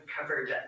covered